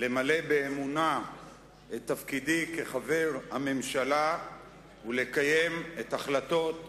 למלא באמונה את תפקידי כחבר הממשלה ולקיים את החלטות הכנסת.